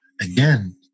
again